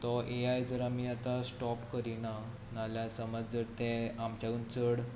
तो ए आय जर आमी आतां स्टॉप करीना ना जाल्यार समज जर ते आमच्याकून चड